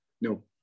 No